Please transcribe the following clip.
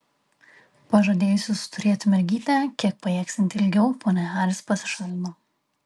pažadėjusi suturėti mergytę kiek pajėgsianti ilgiau ponia haris pasišalino